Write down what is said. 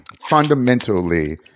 fundamentally